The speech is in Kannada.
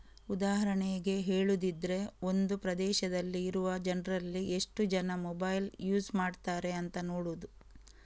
ಉದಾಹರಣೆಗೆ ಹೇಳುದಿದ್ರೆ ಒಂದು ಪ್ರದೇಶದಲ್ಲಿ ಇರುವ ಜನ್ರಲ್ಲಿ ಎಷ್ಟು ಜನ ಮೊಬೈಲ್ ಯೂಸ್ ಮಾಡ್ತಾರೆ ಅಂತ ನೋಡುದು